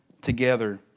together